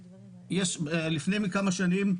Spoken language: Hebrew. לפני כמה שנים,